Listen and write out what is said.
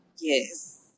yes